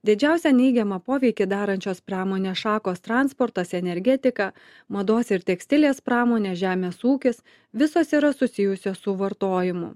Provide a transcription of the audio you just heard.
didžiausią neigiamą poveikį darančios pramonės šakos transportas energetika mados ir tekstilės pramonė žemės ūkis visos yra susijusios su vartojimu